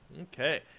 Okay